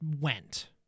went